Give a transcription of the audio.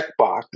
checkbox